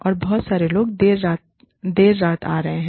और बहुत सारे लोग देर रात आ रहे हैं